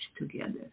together